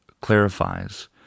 clarifies